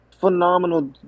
Phenomenal